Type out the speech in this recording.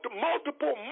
multiple